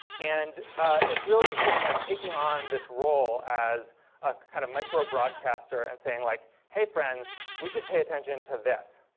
and it's really people kind of taking on this role as a kind of micro-broadcaster, and saying, like hey, friends we should pay attention to this.